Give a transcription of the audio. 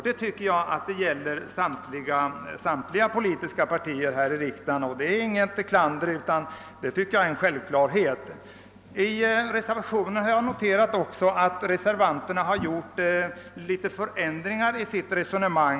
Det gäller samtliga politiska partier här i riksdagen. Det innebär inget klander utan är, som jag sade, en självklarhet. Jag har också noterat att reservanterna har gjort vissa förändringar i sitt resonemang.